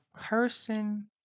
person